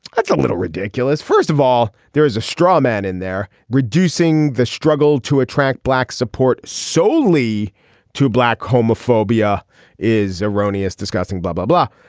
that's a little ridiculous. first of all there is a straw man in there. reducing the struggle to attract black support solely to black homophobia is erroneous disgusting blah blah blah.